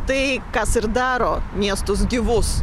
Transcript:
tai kas ir daro miestus gyvus